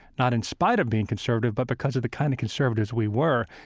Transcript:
not in spite of being conservative, but because of the kind of conservatives we were,